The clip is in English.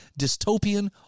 dystopian